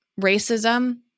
racism